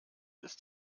ist